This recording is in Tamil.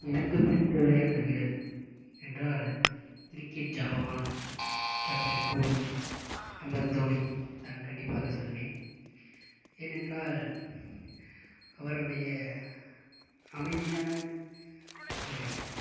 எனக்கு பிடித்த விளையாட்டு வீரர் என்றால் கிரிக்கெட் ஜாம்பவான் கேப்டன் கூல் எம்எஸ் தோனி நான் கண்டிப்பாக சொல்வேன் ஏனென்றால் அவருடைய அமைதியான ஒரு